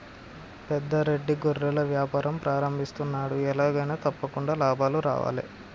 పెద్ద రెడ్డి గొర్రెల వ్యాపారం ప్రారంభిస్తున్నాడు, ఎలాగైనా తప్పకుండా లాభాలు రావాలే